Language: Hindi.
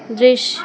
दृश्य